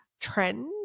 trend